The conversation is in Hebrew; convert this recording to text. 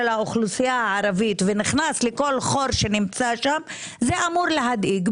האוכלוסייה הערבית ונכנס לכל חור שנמצא שם זה אמור להדאיג,